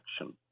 action